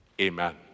Amen